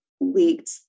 leaked